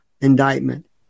indictment